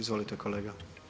Izvolite kolega.